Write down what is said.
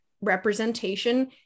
representation